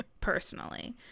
personally